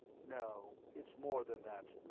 no, it's more than that.